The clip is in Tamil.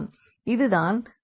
இது தான் சீரற்ற நிகழ்வு ஆகும்